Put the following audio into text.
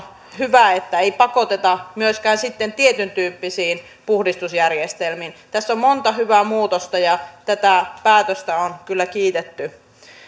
hyvä että siellä ei pakoteta myöskään sitten tietyntyppisiin puhdistusjärjestelmiin tässä on monta hyvää muutosta ja tätä päätöstä on kyllä kiitetty